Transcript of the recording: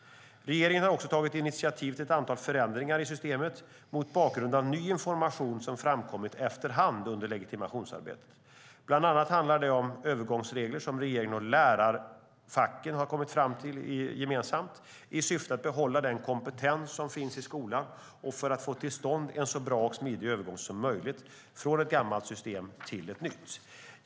Regeringen har också tagit initiativ till ett antal förändringar i systemet mot bakgrund av ny information som framkommit efter hand under legitimationsarbetet. Bland annat handlar det om övergångsregler som regeringen och lärarfacken gemensamt har kommit fram till, i syfte att behålla den kompetens som finns i skolan och för att få till stånd en så bra och smidig övergång som möjligt från ett gammalt system till ett nytt.